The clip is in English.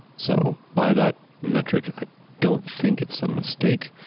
so by that metric, i don't think it's a mistake.